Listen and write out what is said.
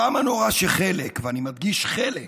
כמה נורא שחלק, ואני מדגיש: חלק,